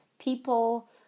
people